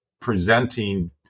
presenting